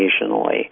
occasionally